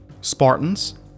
Spartans